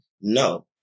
No